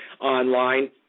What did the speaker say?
online